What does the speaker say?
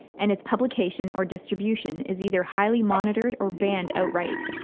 and its publication or distribution is either highly monitored or banned outright.